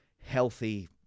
healthy